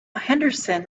henderson